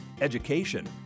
education